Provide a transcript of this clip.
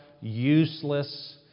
useless